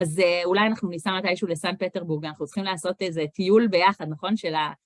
אז אולי אנחנו ניסע מתישהו לסן פטרבורג, אנחנו צריכים לעשות איזה טיול ביחד, נכון? של ה...